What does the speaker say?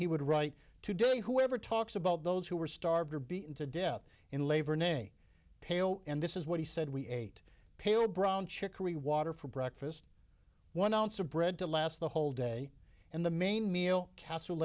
he would write today who ever talks about those who were starved or beaten to death in labor nay pale and this is what he said we ate pale brown chicory water for breakfast one ounce of bread to last the whole day and the main meal cass